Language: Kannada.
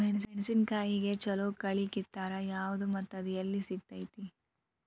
ಮೆಣಸಿನಕಾಯಿಗ ಛಲೋ ಕಳಿ ಕಿತ್ತಾಕ್ ಯಾವ್ದು ಮತ್ತ ಅದ ಎಲ್ಲಿ ಸಿಗ್ತೆತಿ?